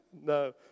No